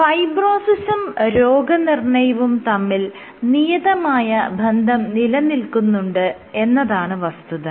ഫൈബ്രോസിസും രോഗനിർണ്ണയവും തമ്മിൽ നിയതമായ ബന്ധം നിലനിൽക്കുന്നുണ്ട് എന്നതാണ് വസ്തുത